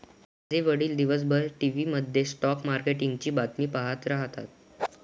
माझे वडील दिवसभर टीव्ही मध्ये स्टॉक मार्केटची बातमी पाहत राहतात